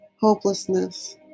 hopelessness